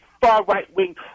far-right-wing